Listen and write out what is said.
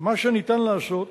מה שאפשר לעשות